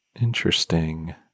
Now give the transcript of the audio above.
Interesting